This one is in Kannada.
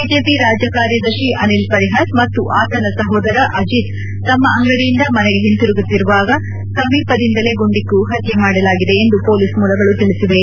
ಬಿಜೆಪಿ ರಾಜ್ಯ ಕಾರ್ಯದರ್ಶಿ ಅನಿಲ್ ಪರಿಹರ್ ಮತ್ತು ಆತನ ಸಹೋದರ ಅಜೀತ್ ತಮ್ಮ ಅಂಗಡಿಯಿಂದ ಮನೆಗೆ ಒಂತಿರುಗುವಾಗ ಸಮೀಪದಿಂದಲೇ ಗುಂಡಿಟ್ಲು ಪತ್ತೆ ಮಾಡಲಾಗಿದೆ ಎಂದು ಪೊಲೀಸ್ ಮೂಲಗಳು ತಿಳಿಸಿವೆ